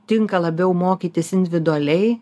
tinka labiau mokytis individualiai